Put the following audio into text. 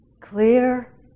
clear